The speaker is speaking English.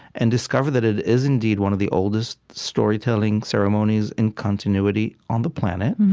and discover that it is indeed one of the oldest storytelling ceremonies in continuity on the planet.